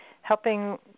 helping